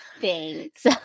thanks